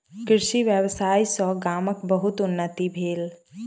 कृषि व्यवसाय सॅ गामक बहुत उन्नति भेल